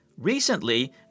Recently